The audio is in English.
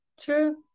true